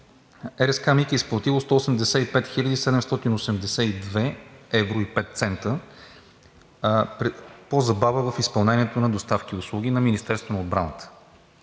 РСК „МиГ“ е изплатило 185 хил. 782 евро и 5 цента по забава в изпълнението на доставки и услуги на Министерството на отбраната,